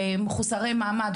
ומחוסרי מעמד,